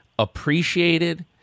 Appreciated